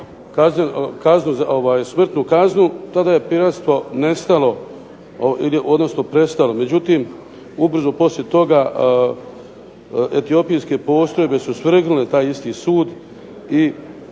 odredio smrtnu kaznu, tada je piratstvo nestalo, odnosno prestalo. Međutim ubrzo poslije toga etiopijske postrojbe su svrgnule taj isti sud, i